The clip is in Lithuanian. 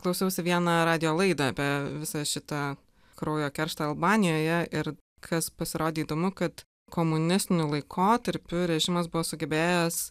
klausiausi vieną radijo laidą apie visą šitą kraujo kerštą albanijoje ir kas pasirodė įdomu kad komunistiniu laikotarpiu režimas buvo sugebėjęs